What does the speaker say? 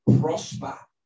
prosper